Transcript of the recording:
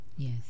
Yes